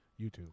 YouTube